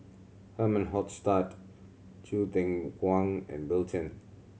Herman Hochstadt Choo Kwang and Bill Chen